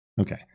Okay